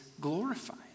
glorified